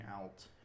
out